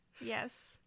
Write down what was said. yes